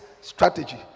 strategy